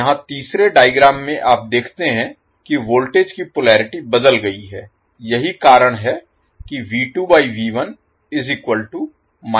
यहां तीसरे डायग्राम में आप देखते हैं की वोल्टेज की पोलरिटी बदल गयी है यही कारण है कि